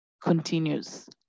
continues